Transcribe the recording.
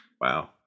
Wow